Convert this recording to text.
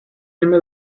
těmi